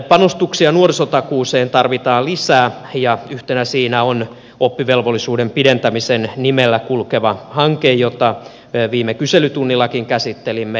panostuksia nuorisotakuuseen tarvitaan lisää ja yhtenä siinä on oppivelvollisuuden pidentämisen nimellä kulkeva hanke jota viime kyselytunnillakin käsittelimme